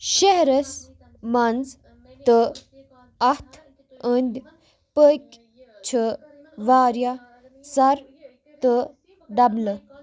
شہرس منٛز تہٕ اَتھ أنٛدۍ پٔکۍ چھِ واریاہ سر تہٕ نمبلہٕ